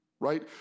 Right